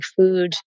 food